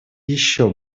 еще